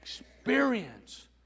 experience